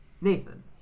Nathan